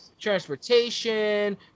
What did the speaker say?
transportation